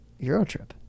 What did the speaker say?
Eurotrip